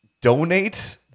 donate